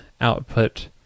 output